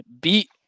beat